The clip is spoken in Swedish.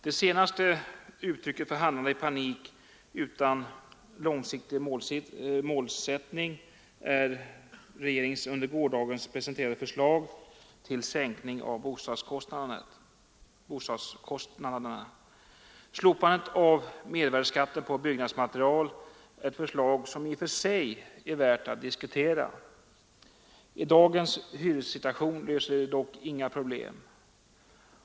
Det senaste uttrycket för handlande i panik utan långsiktig målsättning är regeringens under gårdagen presenterade förslag till sänkning av bostadskostnaderna. Slopandet av mervärdeskatten på byggnadsmaterial är ett förslag som i och för sig är värt att diskutera. I dagens hyressituation löser det dock inga problem.